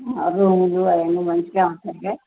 రూములు అవన్నీ మంచిగా ఉంటాయిగా